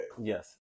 yes